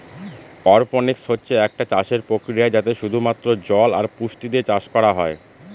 অরপনিক্স হচ্ছে একটা চাষের প্রক্রিয়া যাতে শুধু মাত্র জল আর পুষ্টি দিয়ে চাষ করা হয়